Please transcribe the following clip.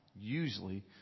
usually